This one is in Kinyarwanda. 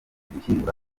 gushyingura